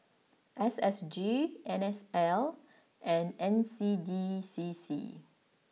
S S G N S L and N C D C C